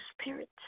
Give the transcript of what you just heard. Spirit